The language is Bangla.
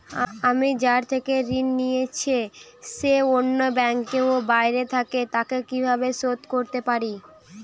আমি যার থেকে ঋণ নিয়েছে সে অন্য ব্যাংকে ও বাইরে থাকে, তাকে কীভাবে শোধ করতে পারি?